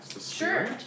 sure